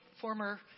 former